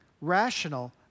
rational